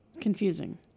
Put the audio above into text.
Confusing